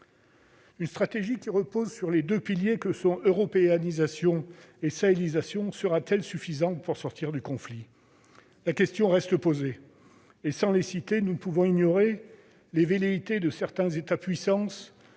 Une stratégie qui repose sur les deux piliers que sont l'« européanisation » et la « sahélisation » sera-t-elle suffisante pour sortir du conflit ? La question reste posée. Sans les citer, nous ne pouvons ignorer les velléités de certains États puissances